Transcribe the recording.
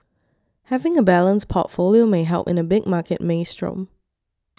having a balanced portfolio may help in a big market maelstrom